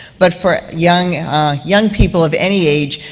but for young young people of any age,